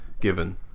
given